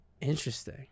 Interesting